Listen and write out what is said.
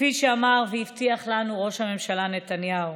כפי שאמר והבטיח לנו ראש הממשלה נתניהו.